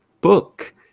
book